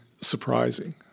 surprising